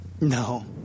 no